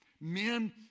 Men